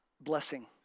blessing